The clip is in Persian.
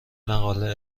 مقاله